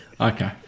Okay